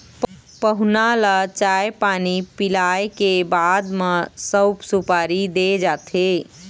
पहुना ल चाय पानी पिलाए के बाद म सउफ, सुपारी दे जाथे